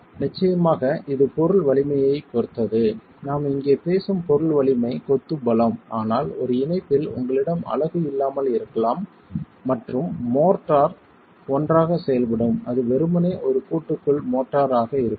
நிச்சயமாக இது பொருள் வலிமையைப் பொறுத்தது நாம் இங்கே பேசும் பொருள் வலிமை கொத்து பலம் ஆனால் ஒரு இணைப்பில் உங்களிடம் அலகு இல்லாமல் இருக்கலாம் மற்றும் மோர்ட்டார் ஒன்றாகச் செயல்படும் அது வெறுமனே ஒரு கூட்டுக்குள் மோர்ட்டார் ஆக இருக்கலாம்